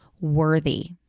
worthy